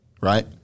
right